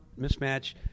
mismatch